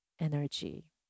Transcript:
energy